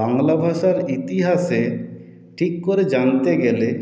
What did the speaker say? বাংলা ভাষার ইতিহাসে ঠিক করে জানতে গেলে